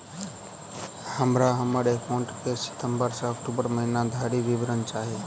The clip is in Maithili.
हमरा हम्मर एकाउंट केँ सितम्बर सँ अक्टूबर महीना धरि विवरण चाहि?